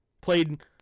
played